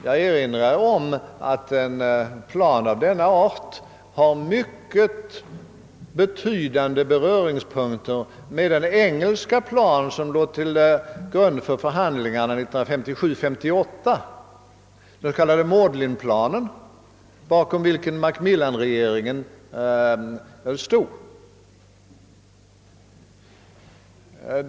Jag erinrar om att ett förslag av denna art har betydande beröringspunkter med den engelska plan som låg till grund för förhandlingarna 1957—1958, den s.k. Maudlingplanen, bakom vilken Macmillanregeringen stod.